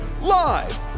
Live